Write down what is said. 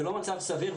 זה לא מצב סדיר,